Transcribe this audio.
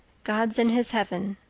god's in his heaven,